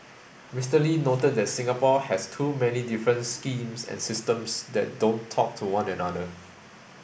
Mister Lee noted that Singapore has too many different schemes and systems that don't talk to one another